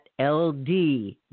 LD